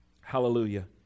hallelujah